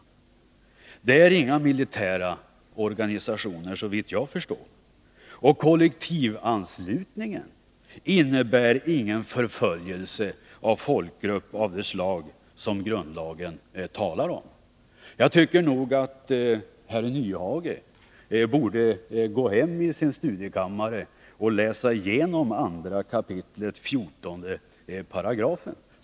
De är inga militära organisationer såvitt jag förstår, och kollektivanslutningen innebär ingen förföljelse av folkgrupp av det slag som regeln talar om. Jag tycker att herr Nyhage borde gå hem och i sin studiekammare läsa igenom 2 kap. 14 §.